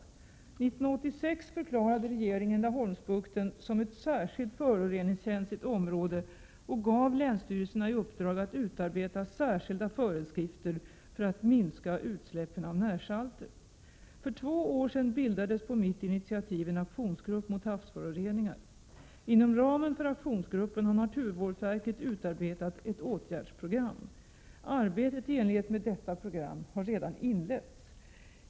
1986 förklarade regeringen Laholmsbukten som ett särskilt föroreningskänsligt område och gav länsstyrelsen i uppdrag att utarbeta särskilda föreskrifter för att minska utsläppen av närsalter. För två år sedan bildades på mitt initiativ en aktionsgrupp mot havsföroreningar. Inom ramen för aktionsgruppen har naturvårdsverket utarbetat ett åtgärdsprogram. Arbetet i enlighet med detta program har redan inletts.